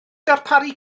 darparu